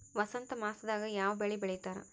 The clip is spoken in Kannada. ವಸಂತ ಮಾಸದಾಗ್ ಯಾವ ಬೆಳಿ ಬೆಳಿತಾರ?